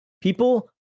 People